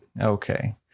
Okay